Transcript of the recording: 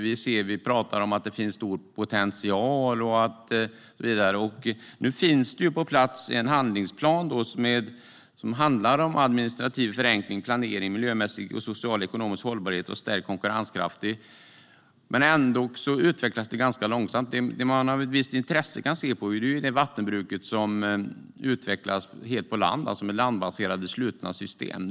Vi pratar om att det finns stor potential, och nu finns det på plats en handlingsplan om administrativ förenkling, planering, miljömässig och socialekonomisk hållbarhet samt stärkt konkurrenskraft. Ändock utvecklas det hela ganska långsamt. Man kan med ett visst intresse se på det vattenbruk som utvecklas helt på land, alltså med landbaserade slutna system.